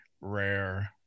rare